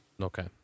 Okay